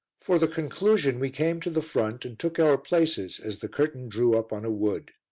for the conclusion we came to the front and took our places as the curtain drew up on a wood.